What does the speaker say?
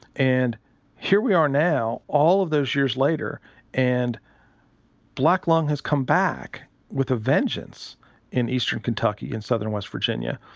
and here we are now all of those years later and black lung has come back with a vengeance in eastern kentucky and southern west virginia.